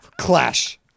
Clash